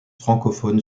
francophone